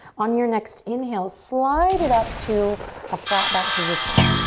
on your next inhale, slide it up to a flat back position.